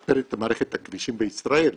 לשפר את מערכת הכבישים בישראל,